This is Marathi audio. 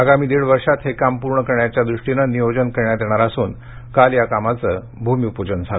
आगामी दीड वर्षात हे काम पूर्ण करण्याच्या दृष्टीने नियोजन करण्यात येणार असून काल या कामाच भूमिपूजन झाल